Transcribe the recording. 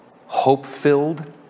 hope-filled